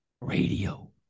radio